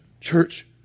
Church